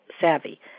savvy